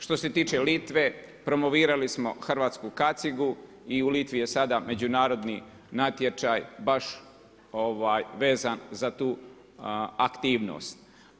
Što se tiče Litve promovirali smo hrvatsku kacigu i u Litvi je sada međunarodni natječaj baš vezan za tu aktivnost.